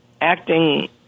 acting